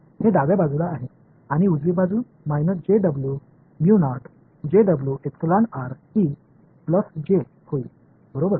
हे डाव्या बाजूला आहे आणि उजवी बाजू होईल बरोबर